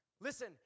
Listen